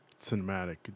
cinematic